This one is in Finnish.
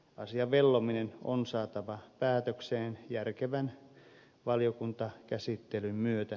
asian vellominen on saatava päätökseen järkevän valiokuntakäsittelyn myötä